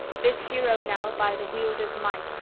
this hero now, by the wielder's might,